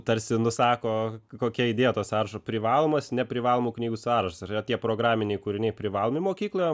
tarsi nusako kokia idėja to sąrašo privalomas neprivalomų knygų sąrašas ir yra tie programiniai kūriniai privalomi mokykloje